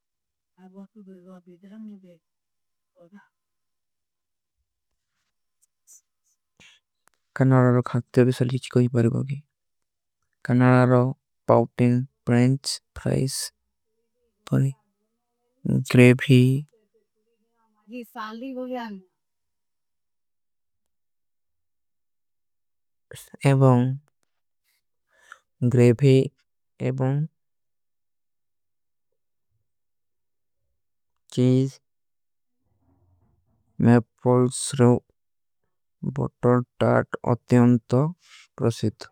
କନାରା ରୋ ଖାକତେ ହୋଗେ ସଲୀଚ କୋଈ ବରଗୋଗେ। କନାରା ରୋ ପାଉପ ଟିଲ, ପ୍ରେଂଚ, ପ୍ରୈସ, ପଣୀ। ଗ୍ରେଵୀ ଏବାଉଂ ଗ୍ରେଵୀ ଏବାଉଂ ଚୀଜ ମେପପଲ୍ସ। ରୋ ବଟର ଟାର୍ଟ ଅତ୍ଯାଂତ ପ୍ରସିଦ।